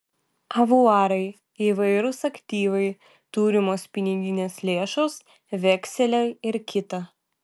avuarai įvairūs aktyvai turimos piniginės lėšos vekseliai ir kita